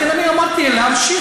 לכן אמרתי להמשיך.